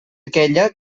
aquella